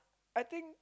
I think